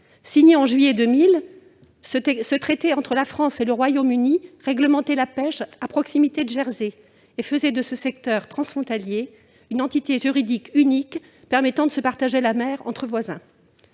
Signé en juillet 2000, ce traité entre la France et le Royaume-Uni réglementait la pêche à proximité de Jersey et faisait de ce secteur transfrontalier une entité juridique unique permettant de se partager la mer entre voisins.